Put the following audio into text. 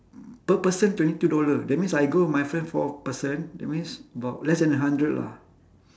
per person twenty two dollar that means I go with my friends four person that means about less than a hundred lah